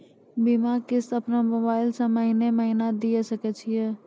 बीमा किस्त अपनो मोबाइल से महीने महीने दिए सकय छियै?